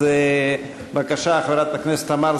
אז בבקשה, חברת הכנסת תמר